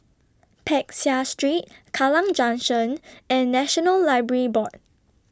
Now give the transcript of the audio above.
Peck Seah Street Kallang Junction and National Library Board